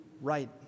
right